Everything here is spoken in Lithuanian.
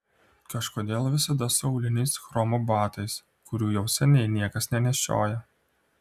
kažkodėl visada su auliniais chromo batais kurių jau seniai niekas nenešioja